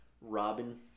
Robin